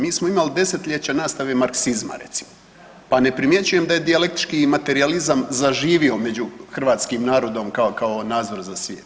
Mi smo imali desetljeća nastave marksizma recimo, pa ne primjećujem da je dijalektički materijalizam zaživio među hrvatskim narodom kao nazor za svijet.